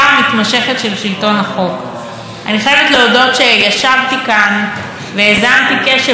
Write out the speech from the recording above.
אני חייבת להודות שישבתי כאן והאזנתי בקשב רב לנאומו של ראש הממשלה,